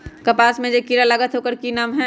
कपास में जे किरा लागत है ओकर कि नाम है?